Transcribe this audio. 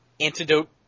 Antidote